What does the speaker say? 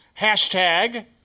Hashtag